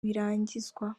birangizwa